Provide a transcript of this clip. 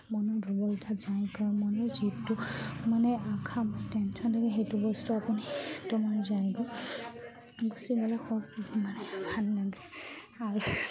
মনৰ দুৰ্বলতা যায়গৈ মনৰ যিহেতু মানে আশা মই টেনশ্যন থাকে সেইটো বস্তু আপুনি তোমাৰ যায়গৈ গুচি গ'লে খোৱা মানে ভাল লাগে আৰু